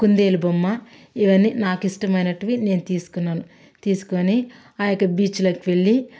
కుందేలు బొమ్మ ఇవన్నీ నాకు ఇష్టమైనవి నేను తీసుకున్నాను తీసుకొని ఆ యొక్క బీచ్లోకి వెళ్ళి